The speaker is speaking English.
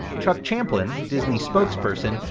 chuck champlin, disney spokesperson,